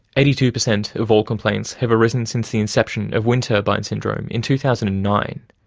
eighty-two per cent of all complaints have arisen since the inception of wind turbine syndrome in two thousand and nine,